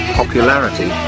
popularity